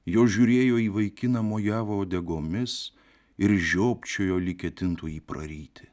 jos žiūrėjo į vaikiną mojavo uodegomis ir žiopčiojo lyg ketintų jį praryti